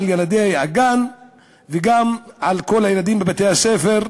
על ילדי הגן וגם על כל הילדים בבתי-הספר.